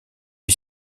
est